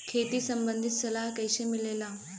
खेती संबंधित सलाह कैसे मिलेला?